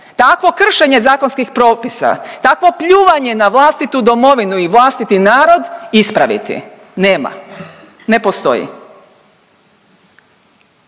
takvo kršenje zakonskih propisa, takvo pljuvanje na vlastitu Domovinu i vlastiti narod ispraviti. Nema, ne postoji.